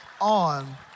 On